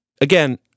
Again